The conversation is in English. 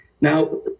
Now